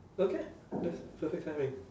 okay ah that's perfect timing